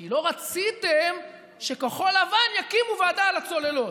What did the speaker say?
כי לא רציתם שכחול לבן יקימו ועדה על הצוללות.